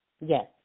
Yes